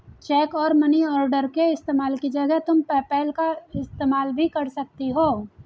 check और money order के इस्तेमाल की जगह तुम पेपैल का इस्तेमाल भी कर सकती हो